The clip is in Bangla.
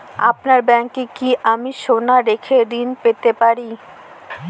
আপনার ব্যাংকে কি আমি সোনা রেখে ঋণ পেতে পারি?